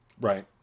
Right